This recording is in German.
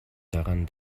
daran